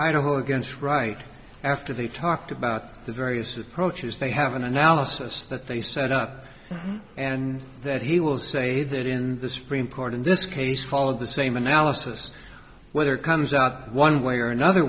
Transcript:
idaho against right after they talked about the various approaches they have an analysis that they set up and that he will say that in the supreme court in this case followed the same analysis whether comes out one way or another